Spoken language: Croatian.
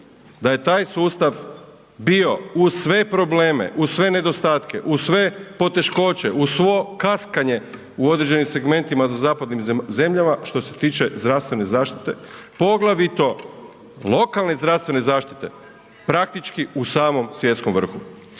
da je taj sustav bio uz sve probleme, uz sve nedostatke, uz sve poteškoće, uz svo kaskanje u određenim segmentima za zapadnim zemljama što se tiče zdravstvene zaštite, poglavito lokalne zdravstvene zaštite praktički u samom svjetskom vrhu.